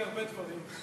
אני הרבה דברים.